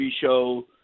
show